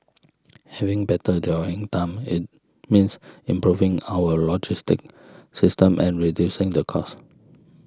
having better dwelling time it means improving our logistic system and reducing the cost